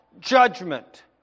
judgment